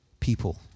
people